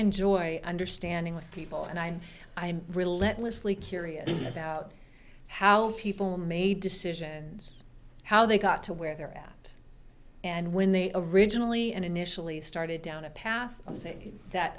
enjoy understanding with people and i'm i'm relentlessly curious about how people made decisions how they got to where they're at and when they originally and initially started down a path